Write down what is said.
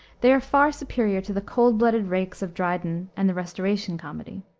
they are far superior to the cold-blooded rakes of dryden and the restoration comedy.